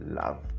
love